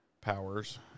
powers